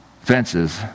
fences